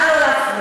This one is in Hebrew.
נא לא להפריע.